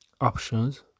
options